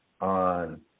on